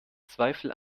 zweifel